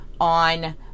on